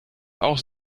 auch